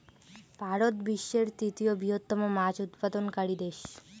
ভারত বিশ্বের তৃতীয় বৃহত্তম মাছ উৎপাদনকারী দেশ